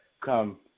come